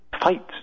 fight